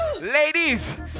Ladies